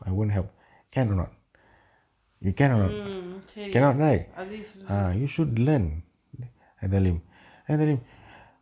mm சரி அதயே சொல்ற:sari athaye solra